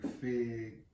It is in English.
Fig